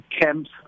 camps